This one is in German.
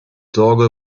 sorge